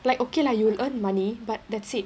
like okay lah you earn money but that's it